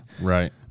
right